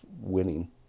winning